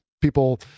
people